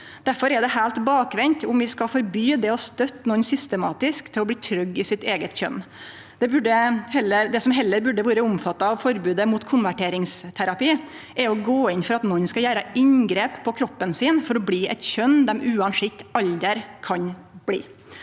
Derfor er det heilt bakvendt om vi skal forby det å støtte nokon systematisk til å bli trygge i sitt eige kjønn. Det som heller burde vore omfatta av forbodet mot konverteringsterapi, er å gå inn for at nokon skal gjere inngrep på kroppen sin for å bli eit kjønn dei uansett aldri kan bli.